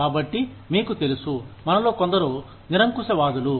కాబట్టి మీకు తెలుసు మనలో కొందరు నిరంకుశవాదులు